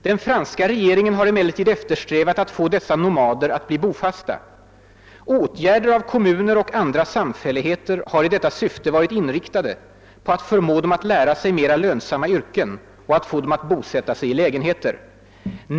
Den franska regeringen har emellertid eftersträvat att få dessa nomader att bli bofasta. Åtgärder av kommuner och andra samfälligheter har i detta syfte varit inriktade på att förmå dem att lära sig mera lönsamma yrken och att få dem att bosätta sig i lägenheter.